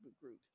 groups